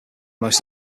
most